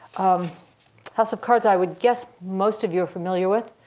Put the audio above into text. um house of cards i would guess most of you are familiar with,